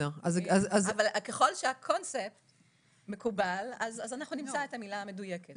ככל שהקונספט מקובל אנחנו נמצא את המילה המדויקת.